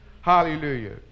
Hallelujah